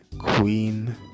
queen